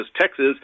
Texas